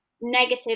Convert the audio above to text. negative